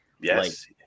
yes